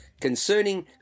concerning